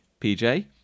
PJ